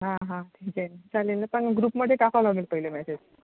हां हां ठीक आहे न चालेल ना पण ग्रुपमध्ये टाकावं लागेल पहिले मॅसेज